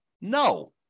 No